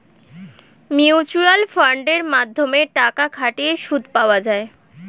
mutual ফান্ডের মাধ্যমে টাকা খাটিয়ে সুদ পাওয়া যায়